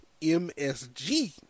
MSG